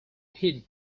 heed